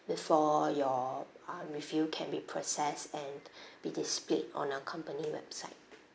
before your um review can be processed and be displayed on our company website